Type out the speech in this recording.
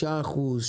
5%?